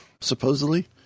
supposedly